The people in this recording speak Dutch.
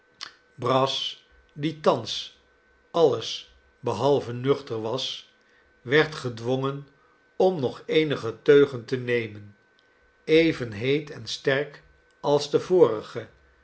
brass die thans alles behalve nuchter was werd gedwongen om nog eenige teugen te nemen even heet en sterk als de vorige